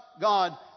god